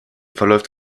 verläuft